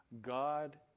God